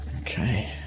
okay